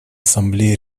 ассамблея